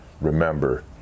Remember